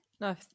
No